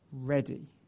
ready